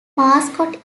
mascot